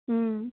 ம்